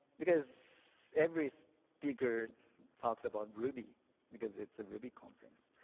because every speaker talks about ruby because it's a ruby conference.